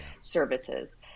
services